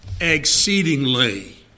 exceedingly